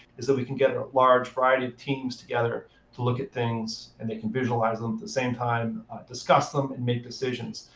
is that we can get a large variety of teams together to look at things. and they can visualize them, at the same time discuss them, and make decisions.